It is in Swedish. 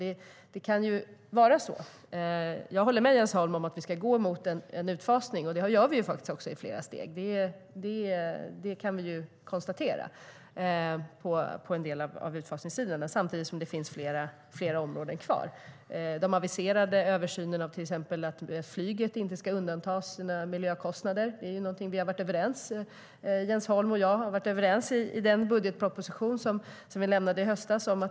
Jag håller med Jens Holm om att vi ska gå mot en utfasning, och det gör vi också på en del av utfasningssidorna. Samtidigt finns det flera områden kvar. Den aviserade översynen av flyget, att flyget inte ska undantas sina miljökostnader, är något som Jens Holm och jag var överens om i den budgetproposition som vi lade fram i höstas.